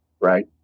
right